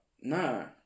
No